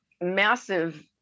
massive